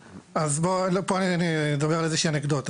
אוקיי, אז בוא, פה אני אדבר על איזו שהיא אנקדוטה.